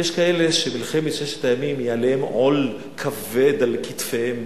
יש כאלה שמלחמת ששת הימים היא עול כבד על כתפיהם,